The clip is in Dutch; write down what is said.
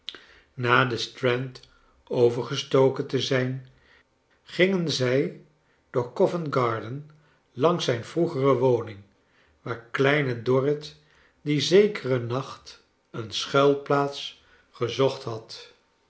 na the strand overgestoken te zijn gingen zij door co vent garden langs zijn vroegere woning waar kleine dorrit dien zekeren nacht een schuilplaats gezoeht had